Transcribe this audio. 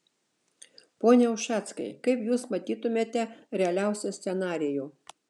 pone ušackai kaip jūs matytumėte realiausią scenarijų